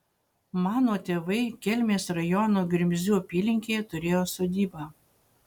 mano tėvai kelmės rajono grimzių apylinkėje turėjo sodybą